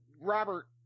Robert